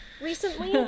recently